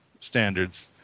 standards